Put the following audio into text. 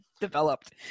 developed